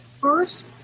first